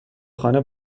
خانه